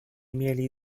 mieli